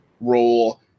role